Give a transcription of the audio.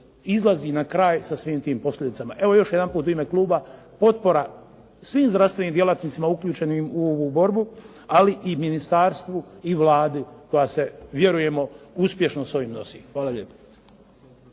izlazi na kraj sa svim tim posljedicama. Evo još jedanput u ime kluba potpora svim zdravstvenim djelatnicima uključenim u ovu borbu, ali i ministarstvu i Vladi koja se vjerujemo uspješno sa ovim nosi. Hvala lijepo.